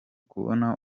kubona